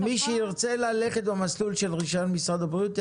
ומי שירצה ללכת במסלול של רישיון משרד בריאות,